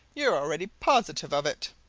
you're already positive of it?